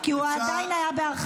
כי הוא עדיין היה בהרחקה.